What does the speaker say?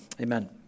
Amen